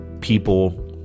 people